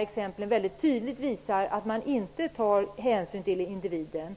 Exemplen visar väldigt tydligt att man inte tar hänsyn till individen,